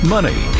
Money